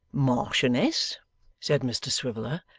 marchioness said mr swiveller,